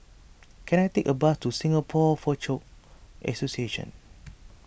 can I take a bus to Singapore Foochow Association